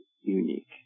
unique